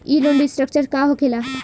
ई loan restructure का होखे ला?